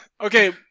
okay